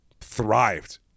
thrived